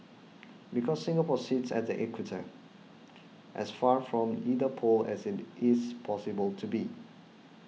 because Singapore sits at the equator as far from either pole as it is possible to be